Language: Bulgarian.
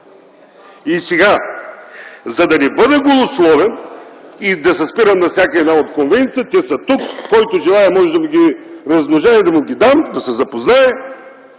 труда. За да не бъда голословен и да се спирам на всяка една от конвенциите - те са тук, който желае, мога да ги размножа и да му ги дам да се запознае,